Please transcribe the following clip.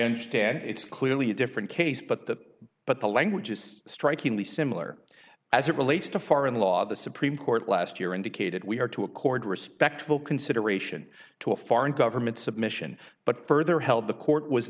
understand it's clearly a different case but that but the language is strikingly similar as it relates to foreign law the supreme court last year indicated we are to accord respectful consideration to a foreign government submission but further held the court was